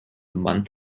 month